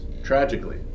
Tragically